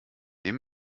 dem